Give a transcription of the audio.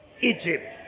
Egypt